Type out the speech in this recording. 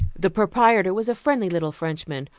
the proprietor was a friendly little frenchman,